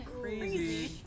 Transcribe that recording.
Crazy